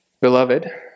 Beloved